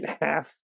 half